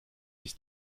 ist